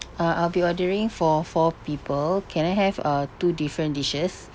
uh I'll be ordering for four people can I have uh two different dishes